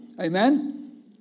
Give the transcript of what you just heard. Amen